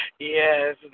Yes